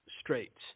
straits